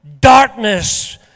darkness